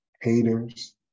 haters